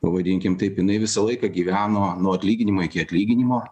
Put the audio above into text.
pavadinkim taip jinai visą laiką gyveno nuo atlyginimo iki atlyginimo